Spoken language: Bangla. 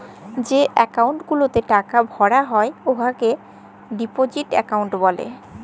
যে একাউল্ট গুলাতে টাকা ভরা হ্যয় উয়াকে ডিপজিট একাউল্ট ব্যলে